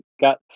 got